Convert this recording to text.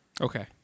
Okay